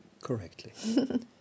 correctly